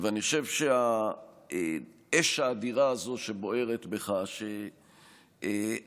ואני חושב שהאש האדירה הזאת שבוערת בך, אגב,